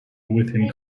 within